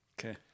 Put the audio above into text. Okay